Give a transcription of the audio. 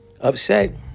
upset